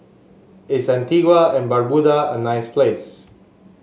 is Antigua and Barbuda a nice place